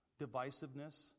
divisiveness